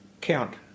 count